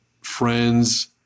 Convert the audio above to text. friends